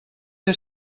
que